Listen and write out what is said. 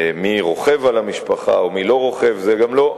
מי רוכב על המשפחה או מי לא רוכב, זה גם לא,